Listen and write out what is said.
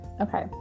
Okay